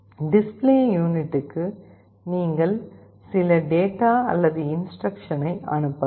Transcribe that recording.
display யூனிட்டுக்கு நீங்கள் சில டேட்டா அல்லது இன்ஸ்டிரக்க்ஷனை அனுப்பலாம்